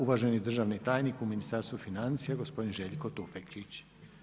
Uvaženi državni tajnik u Ministarstvu financija gospodin Željko Tufekčić.